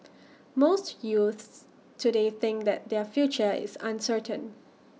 most youths today think that their future is uncertain